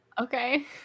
Okay